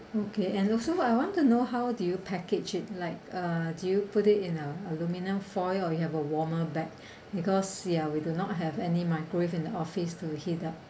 okay and also I want to know how do you package it like uh do you put it in a aluminium foil or you have a warmer bag because ya we do not have any microwave in the office to heat up